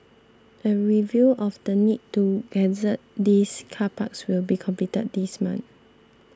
a review of the need to gazette these car parks will be completed this month